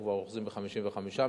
אנחנו כבר אוחזים ב-55 מיליון.